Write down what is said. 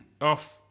Off